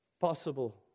possible